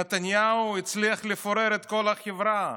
נתניהו הצליח לפורר את כל החברה,